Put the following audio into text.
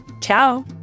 Ciao